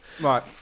Right